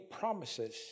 promises